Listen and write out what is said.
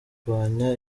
kurwanya